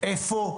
איפה הפערים?